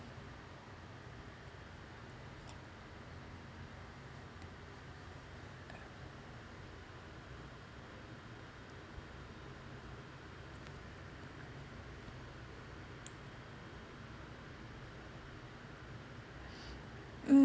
mm